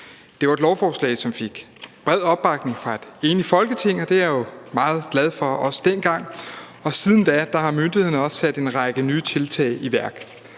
Det var et lovforslag, som fik bred opbakning fra et enigt Folketing, og det var jeg jo også dengang meget glad for. Siden da har myndighederne også sat en række nye tiltag i værk.